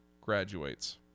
graduates